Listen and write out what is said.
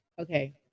Okay